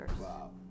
wow